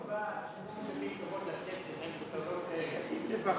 עשר דקות לרשותך.